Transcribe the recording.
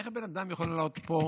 איך בן אדם יכול לעלות לפה